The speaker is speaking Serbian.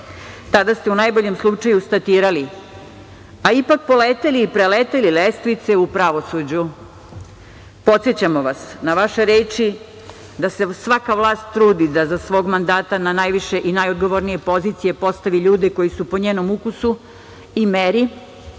Tada ste u najboljem slučaju statirali, a ipak poleteli i preleteli lestvice u pravosuđu. Podsećamo vas na vaše reči da se svaka vlast trudi da za svog mandata na najviše i najodgovornije pozicije postavi ljude koji su po njenom ukusu i meri,